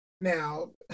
Now